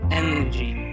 energy